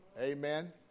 Amen